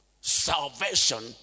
Salvation